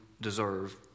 deserve